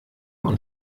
und